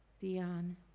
Dion